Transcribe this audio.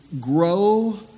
grow